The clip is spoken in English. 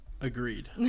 Agreed